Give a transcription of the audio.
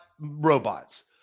robots